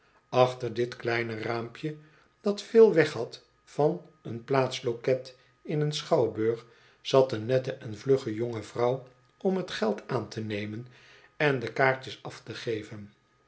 achter dit kleine raampje dat veel weghad van een plaatsloket in een schouwburg zat een nette en vlugge jonge vrouw om t geld aan te nemen en de kaartjes af te geven